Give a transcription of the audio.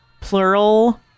plural